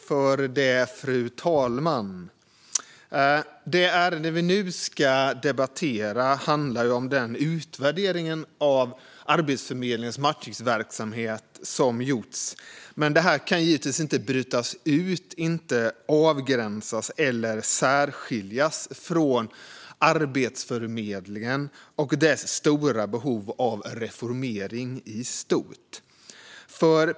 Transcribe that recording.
Fru talman! Det vi nu ska debattera handlar om den utvärdering av Arbetsförmedlingens matchningsverksamhet som gjorts. Detta kan givetvis inte brytas ut, avgränsas eller särskiljas från Arbetsförmedlingen och dess stora behov av reformering i stort.